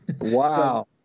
Wow